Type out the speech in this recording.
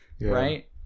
Right